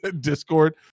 Discord